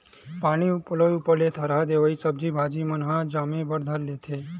पानी पलोय ऊपर ले थरहा देवाय सब्जी भाजी मन ह जामे बर धर लेथे